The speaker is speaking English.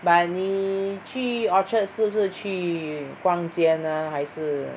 but 你去 Orchard 是不是去逛街呢还是